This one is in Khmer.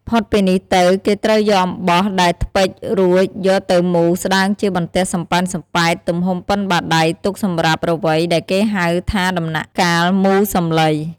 ផុតពីនេះទៅគេត្រូវយកអំបោះដែលថ្ពេចរួចយកទៅមូរស្តើងជាបន្ទះសំប៉ែតៗទំហំប៉ុនបាតដៃទុកសម្រាប់រវៃដែលគេហៅថាដំណាក់កាលមូរសំឡី។